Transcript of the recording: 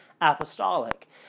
apostolic